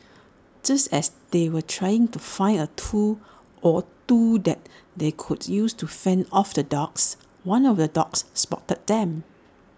just as they were trying to find A tool or two that they could use to fend off the dogs one of the dogs spotted them